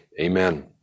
Amen